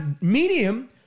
medium